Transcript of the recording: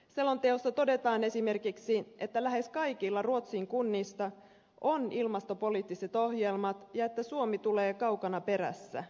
selonteossa todetaan esimerkiksi että lähes kaikilla ruotsin kunnista on ilmastopoliittiset ohjelmat ja että suomi tulee kaukana perässä